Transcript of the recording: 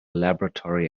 laboratory